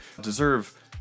deserve